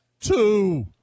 Two